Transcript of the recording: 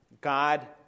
God